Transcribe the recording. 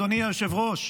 אדוני היושב-ראש,